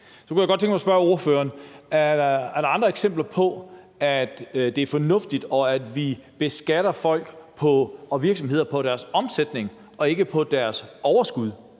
Så kunne jeg godt tænke mig at spørge ordføreren, om der er andre eksempler på, at det er fornuftigt, at vi beskatter folk og virksomheder på deres omsætning og ikke på deres overskud.